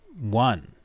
one